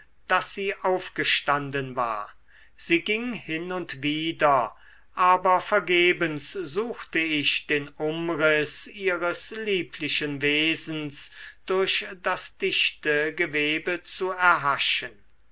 daß sie aufgestanden war sie ging hin und wider aber vergebens suchte ich den umriß ihres lieblichen wesens durch das dichte gewebe zu erhaschen